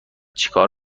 چکار